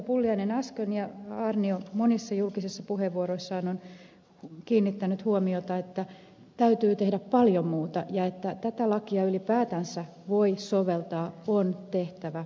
pulliainen äsken ja aarnio monissa julkisissa puheenvuoroissaan ovat kiinnittäneet huomiota täytyy tehdä paljon muuta ja jotta tätä lakia ylipäätänsä voi soveltaa on tehtävä paljon